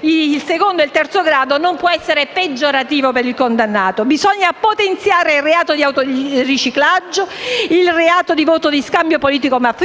il secondo e terzo grado non possono essere peggiorativi per il condannato appellante). Bisogna potenziare il reato di autoriciclaggio, il reato di voto di scambio politico-mafioso